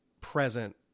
present